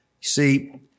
see